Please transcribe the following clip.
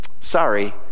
sorry